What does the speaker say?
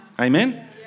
Amen